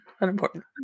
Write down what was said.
unimportant